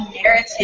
narrative